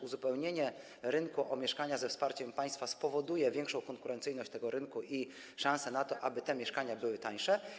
Uzupełnienie rynku o mieszkania ze wsparciem państwa spowoduje większą konkurencyjność tego rynku i szansę na to, aby te mieszkania były tańsze.